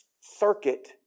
circuit